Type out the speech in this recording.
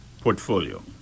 portfolio